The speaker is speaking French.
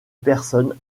personnes